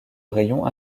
rayon